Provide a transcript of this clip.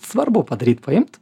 svarbu padaryt paimt